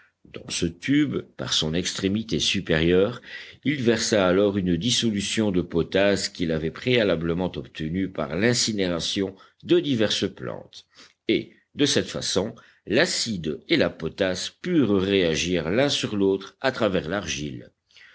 dans ce tube par son extrémité supérieure il versa alors une dissolution de potasse qu'il avait préalablement obtenue par l'incinération de diverses plantes et de cette façon l'acide et la potasse purent réagir l'un sur l'autre à travers l'argile